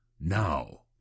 Now